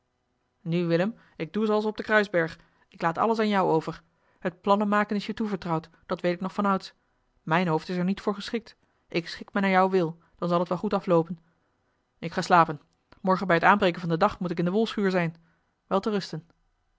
nu willem ik doe zooals op den kruisberg ik laat alles aan jou over het plannenmaken is je toevertrouwd dat weet ik nog vanouds mijn hoofd is er niet voor geschikt ik schik mij naar jouw wil dan zal het wel goed afloopen ik ga slapen morgen bij het aanbreken van den dag moet ik in de wolschuur zijn